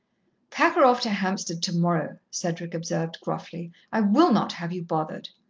pack her off to hampstead tomorrow, cedric observed gruffly. i will not have you bothered.